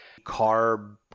carb